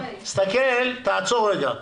תעצור רגע.